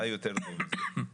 מה יותר טוב מזה,